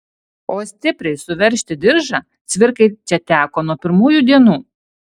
o stipriai suveržti diržą cvirkai čia teko nuo pirmųjų dienų